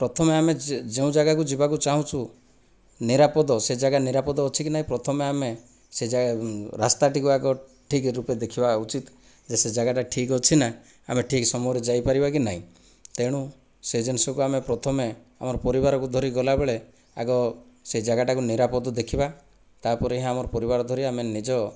ପ୍ରଥମେ ଆମେ ଯେଉଁ ଜାଗାକୁ ଯିବାକୁ ଚାହୁଁଛୁ ନିରାପଦ ସେ ଜାଗା ନିରାପଦ ଅଛି କି ନାହିଁ ପ୍ରଥମେ ଆମେ ସେ ଯା ରାସ୍ତା ଟିକୁ ଆଗ ଠିକ ରୂପେ ଦେଖିବା ଉଚିତ ଯେ ସେ ଜାଗାଟା ଠିକ ଅଛି ନା ଆମେ ଠିକ ସମୟରେ ଯାଇପରିବା କି ନାହିଁ ତେଣୁ ସେ ଜିନିଷକୁ ଆମେ ପ୍ରଥମେ ଆମ ପରିବାରକୁ ଧରି ଗଲାବେଳେ ଆଗ ସେ ଜାଗା ଟାକୁ ନିରାପଦ ଦେଖିବା ତାପରେ ହିଁ ଆମ ପରିବାର ଧରି ଆମ ନିଜ